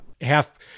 half